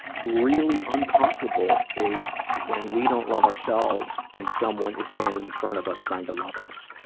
really uncomfortable is when we don't love ourselves and someone is standing in front of us trying to love us.